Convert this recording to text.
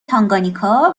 تانگانیکا